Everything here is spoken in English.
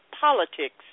politics